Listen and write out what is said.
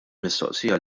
mistoqsija